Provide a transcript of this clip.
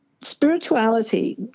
spirituality